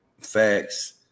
facts